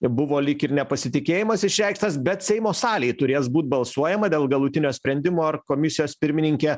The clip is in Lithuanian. buvo lyg ir nepasitikėjimas išreikštas bet seimo salėj turės būt balsuojama dėl galutinio sprendimo ar komisijos pirmininkė